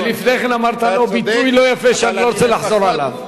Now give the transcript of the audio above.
ולפני כן אמרת ביטוי לא יפה שאני לא רוצה לחזור עליו.